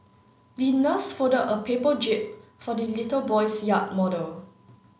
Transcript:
the nurse folded a paper jib for the little boy's yacht model